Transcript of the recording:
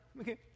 Okay